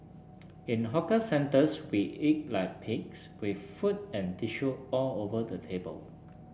in hawker centres we eat like pigs with food and tissue all over the table